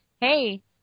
hey